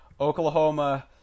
Oklahoma